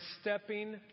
stepping